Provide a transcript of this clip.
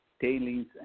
tailings